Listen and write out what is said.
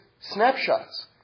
snapshots